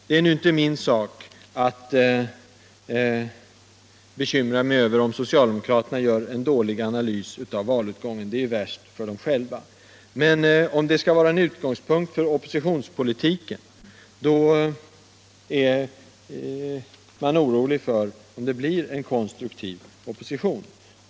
Det är inte vårt problem om socialdemokraterna gör en dålig analys av valutgången, det blir värst för dem själva. Men skall analysen vara en utgångspunkt för oppositionspolitiken är det oroande.